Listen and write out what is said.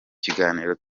kiganiro